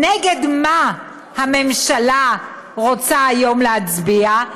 נגד מה הממשלה רוצה היום להצביע?